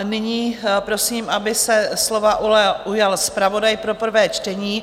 Nyní prosím, aby se slova ujal zpravodaj pro prvé čtení.